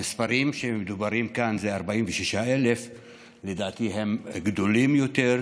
המספרים שמדוברים כאן הם 46,000. לדעתי הם גדולים יותר,